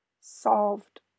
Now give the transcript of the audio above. solved